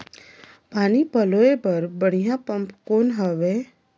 पानी पलोय बर बढ़िया पम्प कौन हवय?